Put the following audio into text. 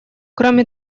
кроме